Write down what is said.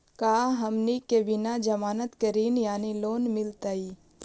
का हमनी के बिना जमानत के ऋण यानी लोन मिलतई?